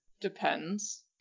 Depends